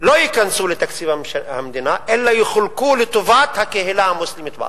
לא ייכנסו לתקציב המדינה אלא יחולקו לטובת הקהילה המוסלמית בארץ.